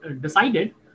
decided